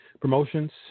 promotions